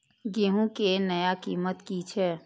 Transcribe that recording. गेहूं के नया कीमत की छे?